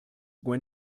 when